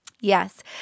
yes